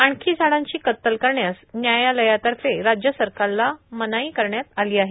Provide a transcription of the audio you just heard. आणखी झाडांची कत्तल करण्यास न्यायालयातर्फे राज्य सरकारला मनाई करण्यात आली आहे